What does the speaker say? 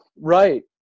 Right